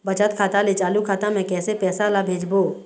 बचत खाता ले चालू खाता मे कैसे पैसा ला भेजबो?